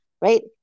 right